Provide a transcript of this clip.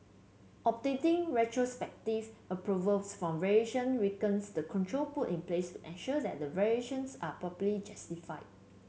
obtaining retrospective approvals for variation weakens the control put in place to ensure that variations are properly justified